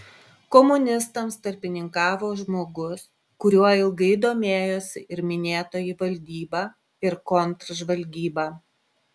komunistams tarpininkavo žmogus kuriuo ilgai domėjosi ir minėtoji valdyba ir kontržvalgyba